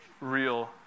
real